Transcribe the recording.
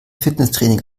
fitnesstraining